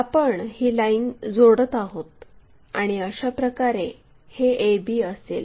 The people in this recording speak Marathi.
आपण ही लाईन जोडत आहोत आणि अशाप्रकारे हे a b असेल